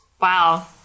Wow